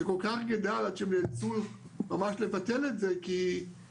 זה כל כך גדל עד שהם נאלצו ממש לבטל את זה כי זה